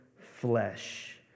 flesh